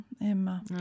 Emma